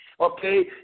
okay